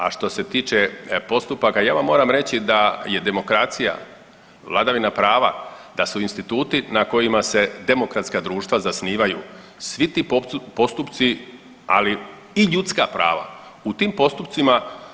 A što se tiče postupaka, ja vam moram reći da je demokracija, vladavina prava, da su instituti na kojima se demokratska društva zasnivaju svi ti postupci ali i ljudska prava u tim postupcima.